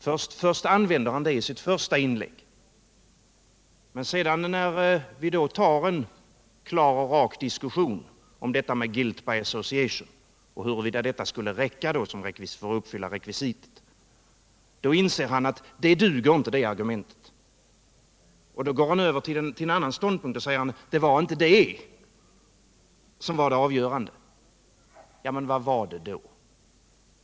Men när vi sedan tar en klar och rak diskussion om detta med guilt by association och huruvida det skulle räcka för att uppfylla rekvisitet, så inser han att hans argument inte duger. Då går han över till en annan ståndpunkt och säger: Det var inte detta som var det avgörande. Ja, men vad var det då?